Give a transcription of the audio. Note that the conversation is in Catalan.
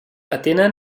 atenen